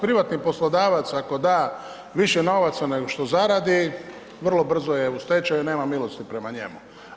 Privatni poslodavac ako da više novaca nego što zaradi, vrlo brzo je u stečaju, nema milosti prema njemu.